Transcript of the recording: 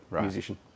musician